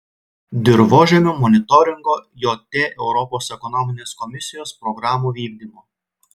dirvožemių monitoringo jt europos ekonominės komisijos programų vykdymo